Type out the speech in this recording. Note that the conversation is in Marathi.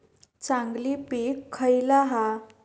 चांगली पीक खयला हा?